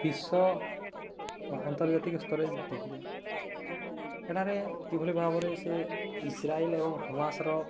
ବିଶ୍ୱ ବା ଆନ୍ତର୍ଜାତିକ ସ୍ତରେ ଦେଖିଲେ ଏଠାରେ କିଭଳି ଭାବରେ ସେ ଇସ୍ରାଇଲ ଏବଂ ହମାସର